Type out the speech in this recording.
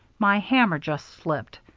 my hammer just slipped.